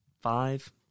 five